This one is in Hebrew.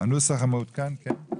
אנחנו